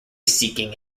seeking